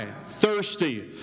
thirsty